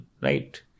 right